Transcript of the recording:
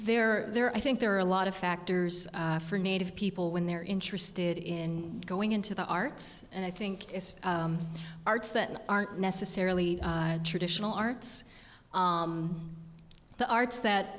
they're there i think there are a lot of factors for native people when they're interested in going into the arts and i think arts that aren't necessarily traditional arts the arts that